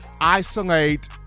isolate